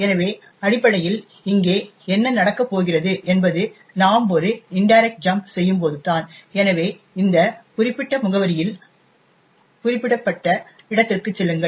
எனவே அடிப்படையில் இங்கே என்ன நடக்கப் போகிறது என்பது நாம் ஒரு இன்டைரக்ட் ஜம்ப் செய்யும்போதுதான் எனவே இந்த குறிப்பிட்ட முகவரியில் குறிப்பிடப்பட்ட இடத்திற்குச் செல்லுங்கள்